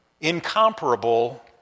Incomparable